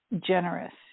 generous